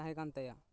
ᱛᱟᱦᱮᱸ ᱠᱟᱱ ᱛᱟᱭᱟ